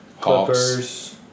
Clippers